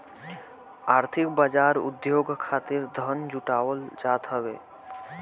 आर्थिक बाजार उद्योग खातिर धन जुटावल जात हवे